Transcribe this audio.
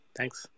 Thanks